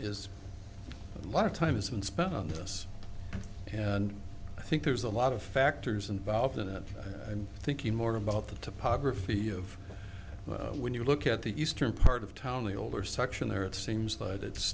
is a lot of time isn't spent on this and i think there's a lot of factors involved in it i'm thinking more about the topography of when you look at the eastern part of town the older section there it seems that it's